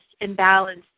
imbalance